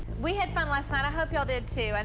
we had fun last night, i hope y'all did too. and